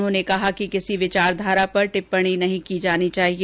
उन्होंने कहा कि किसी विचारधारा पर टिप्पणी नहीं की जानी चाहिए